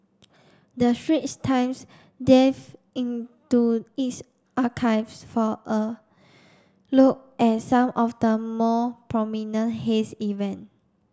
the Straits Times into its archives for a look at some of the more prominent haze events